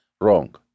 Wrong